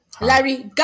Larry